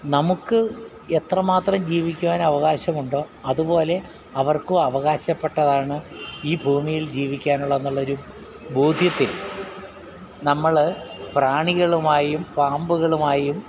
നമുക്ക് എത്രമാത്രം ജീവിക്കുവാൻ അവകാശമുണ്ടോ അതുപോലെ അവർക്കും അവകാശപ്പെട്ടതാണ് ഈ ഭൂമിയിൽ ജീവിക്കാനുള്ള എന്നുള്ളൊരു ബോധ്യം ഇപ്പം നമ്മള് പ്രാണികളുമായും പാമ്പ്കളുമായും